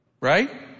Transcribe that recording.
Right